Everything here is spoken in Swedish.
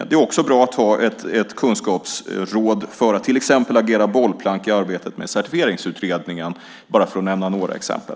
Det är också bra att ha ett kunskapsråd för att till exempel agera bollplank i arbetet med Certifieringsutredningen, bara för att nämna några exempel.